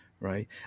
right